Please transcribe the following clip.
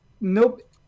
nope